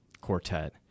quartet